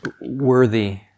worthy